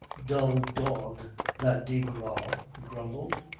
dull dog that de barral he grumbled.